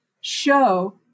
show